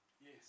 Yes